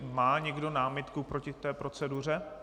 Má někdo námitku proti té proceduře?